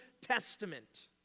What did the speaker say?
Testament